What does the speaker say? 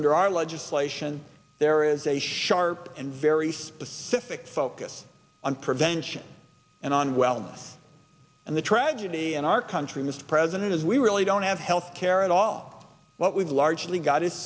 under our legislation there is a sharp and very specific focus on prevention and on wellness and the tragedy in our country mr president is we really don't have health care at all what we've largely got is